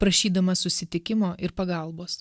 prašydamas susitikimo ir pagalbos